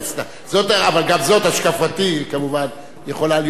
זאת השקפתי כמובן, והיא יכולה להיות בוויכוח.